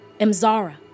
Emzara